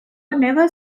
never